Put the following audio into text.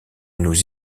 nous